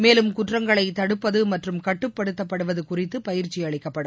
மேலும் குற்றங்களை தடுப்பது மற்றும் கட்டுப்படுத்தப்படுவது குறித்து பயிற்சி அளிக்கப்படும்